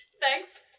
Thanks